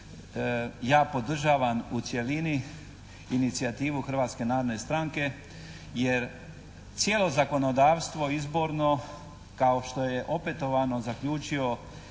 Ja podržavam u cjelini inicijativu Hrvatske narodne stranke jer cijelo zakonodavstvo izborno kao što je opetovano zaključio